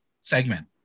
segment